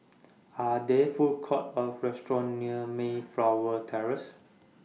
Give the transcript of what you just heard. Are There Food Courts Or restaurants near Mayflower Terrace